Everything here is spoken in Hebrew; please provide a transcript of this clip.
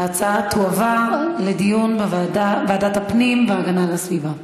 ההצעה להעביר את הנושא לוועדת הפנים והגנת הסביבה נתקבלה.